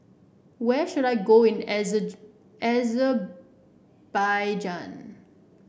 where should I go in Azer Azerbaijan